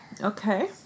Okay